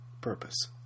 purpose